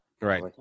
Right